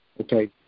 Okay